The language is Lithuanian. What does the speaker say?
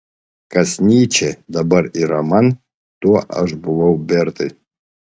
kas nyčė dabar yra man tuo aš buvau bertai